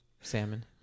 Salmon